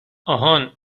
آهان